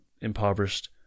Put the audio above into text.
impoverished